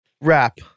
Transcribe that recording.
wrap